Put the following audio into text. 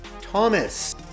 Thomas